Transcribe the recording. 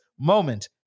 Moment